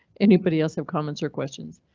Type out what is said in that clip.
anybody else have comments or questions?